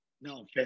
no